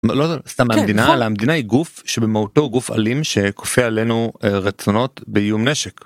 לא סתם מהמדינה אלא המדינה היא גוף שבמהותו גוף אלים שכופה עלינו רצונות באיום נשק.